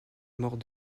mort